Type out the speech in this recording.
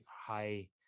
high